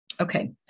Okay